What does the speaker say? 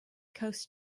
coast